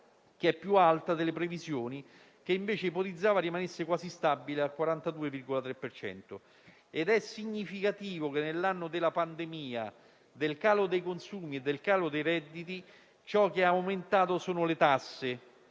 crescita più alta delle previsioni, che invece ipotizzavano rimanesse quasi stabile, al 42,3 per cento. È significativo che nell'anno della pandemia, del calo dei consumi e dei redditi, ciò che è aumentato sono le tasse.